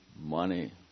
money